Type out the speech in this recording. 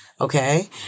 okay